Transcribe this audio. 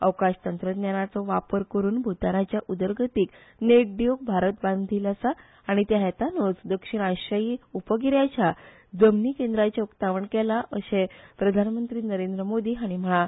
अवकाधा तंत्रज्ञानाचो वापट करून भूतानाच्या उदरगतीक नेट दिवंक भारत बांदिल आसा आनी त्या हेतानूच दक्षिण आधियाई उपगिरयाच्या जमनी केंद्राचे उक्तावण केला अर्शेय प्रधानमंत्री नरेंद्र मोदी हांणी म्हळां